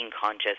conscious